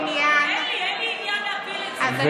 אין לי, אין לי עניין להעביר את זה.